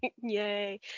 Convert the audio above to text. Yay